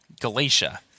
Galatia